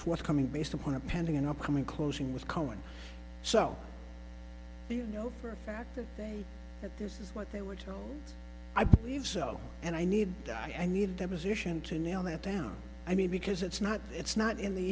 forthcoming based upon a pending and upcoming closing was cohen so you know for a fact that they at this is what they were told i believe so and i need i need them as ition to nail that down i mean because it's not it's not in the